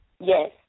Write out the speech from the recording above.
Yes